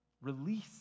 release